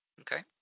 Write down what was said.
Okay